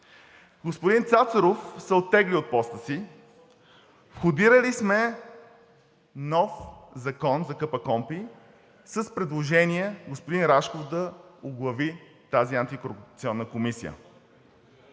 господин Цацаров се оттегли от поста си, входирали сме нов Закон за КПКОНПИ с предложение господин Рашков да оглави тази антикорупционна комисия.